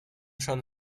schon